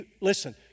Listen